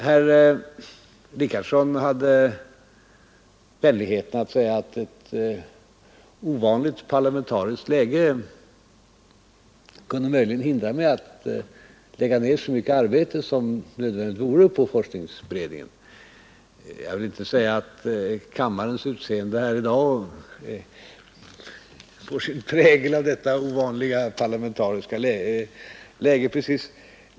Herr Richardson hade vänligheten säga att ett ovanligt parlamentariskt läge möjligen kunde hindra mig att lägga ned så mycket arbete som nödvändigt vore på forskningsberedningen. Jag vill inte säga att kammarens utseende i dag får sin prägel av detta ovanliga parlamentariska läge precis.